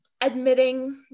admitting